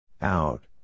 Out